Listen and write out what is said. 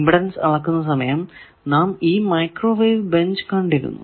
impedance അളക്കുന്ന സമയം നാം ഈ മൈക്രോവേവ് ബെഞ്ച് കണ്ടിരുന്നു